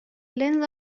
لنز